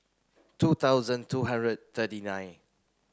two thousand two hundred thirty nine